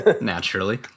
naturally